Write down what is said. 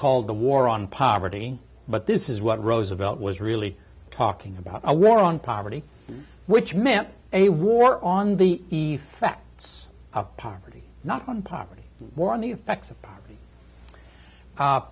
called the war on poverty but this is what roosevelt was really talking about a war on poverty which meant a war on the effects of poverty not on poverty more on the effects of